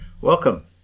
Welcome